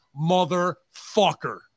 motherfucker